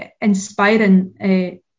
inspiring